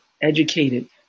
educated